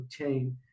obtain